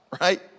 Right